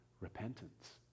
repentance